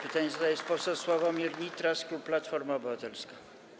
Pytanie zadaje poseł Sławomir Nitras, klub Platforma Obywatelska.